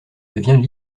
devient